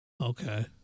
Okay